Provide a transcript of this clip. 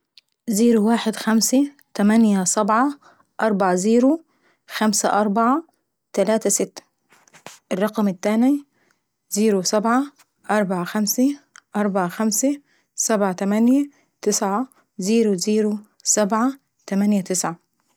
زيرو واحد خمسي تمانية صبعة أربعة زيرو خمسة أربعة تلاتة ستة. الرقم التاناي: زيرو صبعة أربعة خمسي أربعة خمسي ثبعة تمانيي تصعة زيرو زيرو صبعة تمانية تصعة.